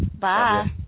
bye